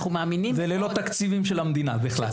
וללא תקציבים של המדינה בכלל.